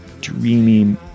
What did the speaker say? dreamy